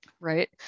right